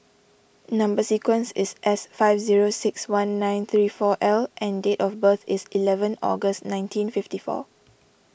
Number Sequence is S five zero six one nine three four L and date of birth is eleven August nineteen fifty four